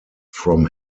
from